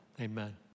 amen